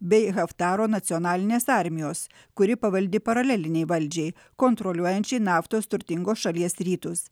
bei haftaro nacionalinės armijos kuri pavaldi paralelinei valdžiai kontroliuojančiai naftos turtingos šalies rytus